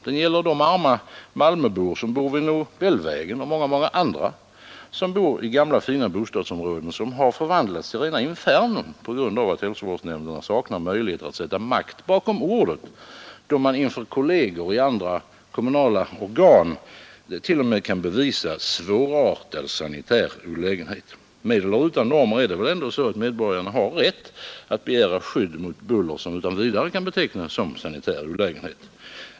Det gäller också de arma invånare i Malmö som är bosatta vid Nobelvägen liksom många andra människor i gamla fina bostadsområden vilka har förvandlats till rena infernon på grund av att hälsovårdsnämnderna saknar möjligheter att sätta makt bakom orden t.o.m. då man inför kolleger i andra kommunala organ kan bevisa svårartad sanitär olägenhet. Med eller utan normer är det väl ändå så att medborgarna har rätt att begära skydd mot buller som utan vidare kan betecknas som sanitär olägenhet.